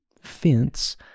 fence